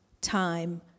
time